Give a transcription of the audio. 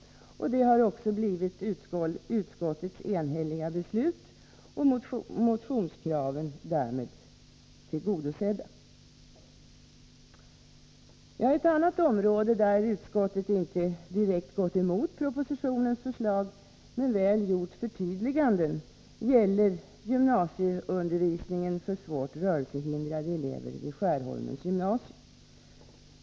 Det har också blivit utskottets enhälliga beslut. Därmed har motionskraven tillgodosetts. Ett annat område där utskottet inte direkt gått emot propositionens förslag men väl gjort förtydliganden gäller gymnasieundervisningen för svårt rörelsehindrade elever vid Skärholmens gymnasium.